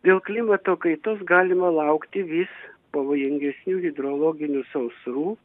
dėl klimato kaitos galima laukti vis pavojingesnių hidrologinių sausrų